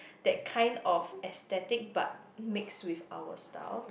that kind of aesthetic but mix with our style